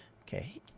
Okay